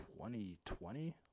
2020